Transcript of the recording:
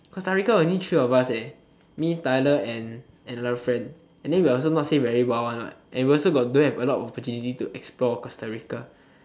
Costa-Rica only three of us eh me Tyler and and another friend and then we are also not let's say very wild one what and we also don't have a lot of opportunities to explore Costa-Rica